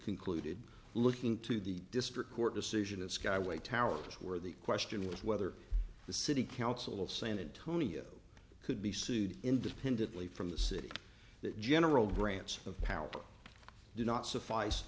concluded looking to the district court decision of skyway towers where the question was whether the city council of san antonio could be sued independently from the city that general grants of power do not suffice